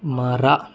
ಮರ